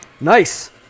Nice